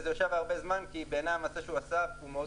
וזה יושב הרבה זמן כי בעיניי המעשה שהוא עשה הוא מאוד בעייתי.